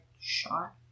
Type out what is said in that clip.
shot